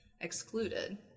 excluded